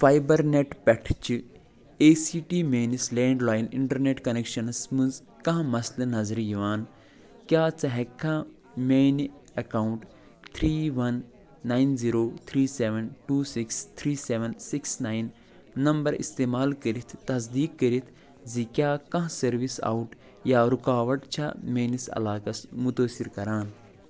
fibre net پؠٹھٕ چھِ E C T میٛٲنِس لینڈ لاین انٹرنیٹ کنکشنس منٛز کانٛہہ مسلہٕ نظرِ یوان کیٛاہ ژٕ ہیٚکِکھا میٛانہِ account three one nine zero three seven two six three seven six nine number اِستعمال کٔرتھ تصدیٖق کٔرتھ ز کیٛاہ کانٛہہ سٔروِس آوُٹ یا رُکاوٹ چھا میٛٲنِس علاقس مُتٲثر کَران